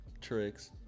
tricks